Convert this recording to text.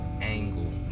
angle